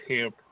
help